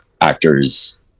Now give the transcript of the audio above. actors